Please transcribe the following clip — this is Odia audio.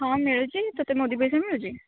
ହଁ ମିଳୁଛି ତୋତେ ମୋଦି ପଇସା ମିଳୁଛି